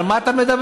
על מה אתה מדבר?